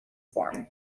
form